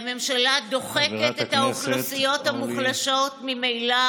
והממשלה דוחקת את האוכלוסיות המוחלשות ממילא